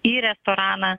į restoraną